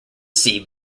sea